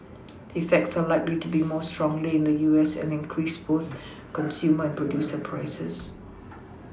effects are likely to be felt more strongly in the U S and increase both consumer and producer prices